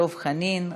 דב חנין,